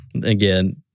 Again